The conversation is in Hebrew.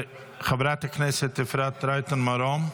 חברת הכנסת אפרת רייטן מרום,